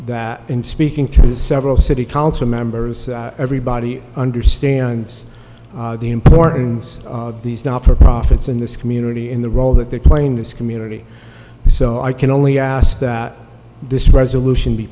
that in speaking to several city council members everybody understands the importance of these not for profits in this community in the role that they're playing this community so i can only ask that this resolution be